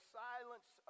silence